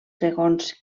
segons